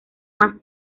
más